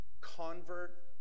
convert